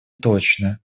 точно